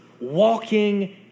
walking